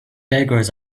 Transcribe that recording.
bakers